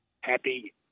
happy